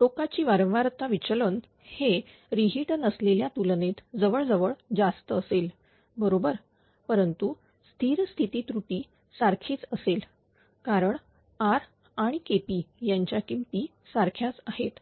टोकाची वारंवारता विचलन हे रि हिट नसलेल्या तुलनेत जवळ जवळ जास्त असेल बरोबर परंतु स्थिर स्थिती त्रुटी सारखीच असेल बरोबर कारण R आणि KPयांच्या किमती सारख्याच आहेत